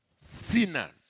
sinners